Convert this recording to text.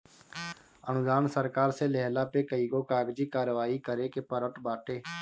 अनुदान सरकार से लेहला पे कईगो कागजी कारवाही करे के पड़त बाटे